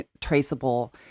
traceable